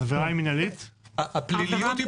העבירה היא